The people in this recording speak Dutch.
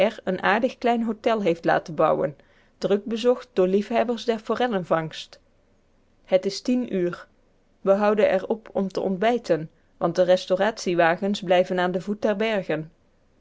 een aardig klein hotel heeft laten bouwen druk bezocht door liefhebbers der forellenvangst het is tien uur we houden er op om te ontbijten want de restauratiewagens blijven aan den voet der bergen